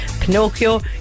Pinocchio